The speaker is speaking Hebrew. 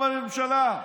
היה בממשלה.